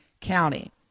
County